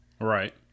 Right